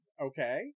okay